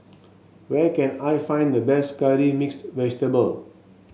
where can I find the best Curry Mixed Vegetable